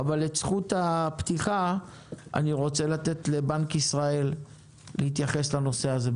את זכות הפתיחה אני רוצה לתת לבנק ישראל להתייחס לנושא הזה,